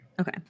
okay